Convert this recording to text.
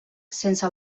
sense